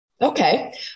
Okay